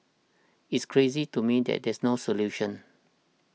it's crazy to me that there's no solution